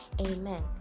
amen